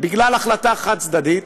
בגלל החלטה חד-צדדית,